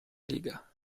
liga